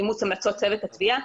אימוץ המלצות צוות התביעה